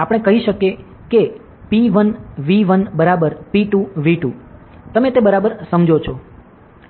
આપણે કહી શકીએ કે P1 V 1 બરાબર P2 V 2 બરાબર તમે તે બરાબર સમજો છો